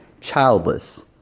childless